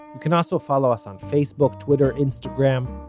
you can also follow us on facebook, twitter, instagram,